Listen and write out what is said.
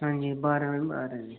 हां जी बारां बारां